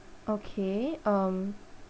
okay um